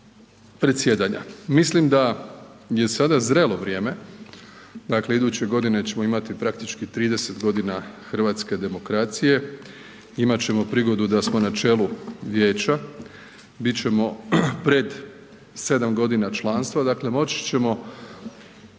predsjedanja. Mislim da je sada zrelo vrijeme, dakle iduće godine ćemo imati praktički 30 godina hrvatske demokracije, imat ćemo prigodu da smo na čelu vijeća, bit ćemo pred 7 godina članstva, dakle moći ćemo